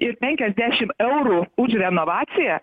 ir penkiasdešim eurų už renovaciją